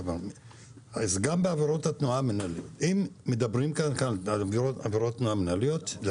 אם מדברים כאן על עבירות תנועה מינהליות אז